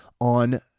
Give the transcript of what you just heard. on